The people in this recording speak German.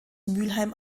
mülheim